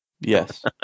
yes